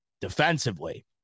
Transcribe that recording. defensively